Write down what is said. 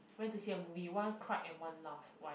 went to see a movie one cried and one laugh why